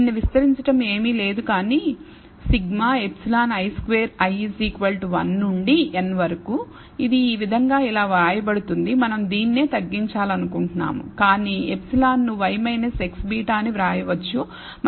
దీన్ని విస్తరించడం ఏమీ లేదు కానీ σ ε i2 i 1 నుండి n వరకు ఇది ఈ విధంగా ఇలా వ్రాయబడుతుంది మనం దీనినే తగ్గించాలనుకుంటున్నాము కానీ ε ను y x β అని వ్రాయవచ్చు